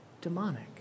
demonic